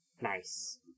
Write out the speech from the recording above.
nice